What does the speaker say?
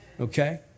okay